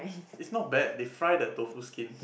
is not bad they fry the tofu skin